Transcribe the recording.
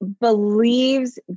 believes